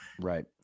Right